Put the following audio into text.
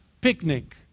Picnic